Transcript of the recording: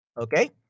Okay